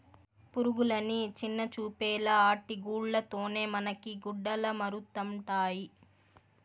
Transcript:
పురుగులని చిన్నచూపేలా ఆటి గూల్ల తోనే మనకి గుడ్డలమరుతండాయి